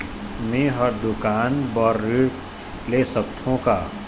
मैं हर दुकान बर ऋण ले सकथों का?